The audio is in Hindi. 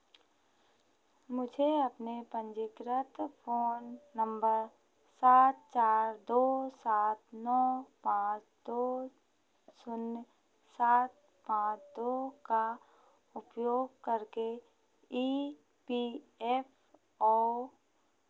मुझे अपने पंजीकृत फोन नंबर सात चार दो सात नौ पाँच दो शून्य सात पाँच दो का उपयोग करके ई पी एफ ओ